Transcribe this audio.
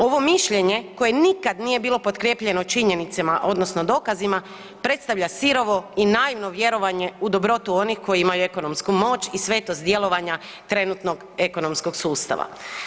Ovo mišljenje koje nikad nije bilo podkijepljeno činjenicama odnosno dokazima predstavlja sirovo i naivno vjerovanje u dobrotu onih koji imaju ekonomsku moć i svetost djelovanja trenutnog ekonomskog sustava.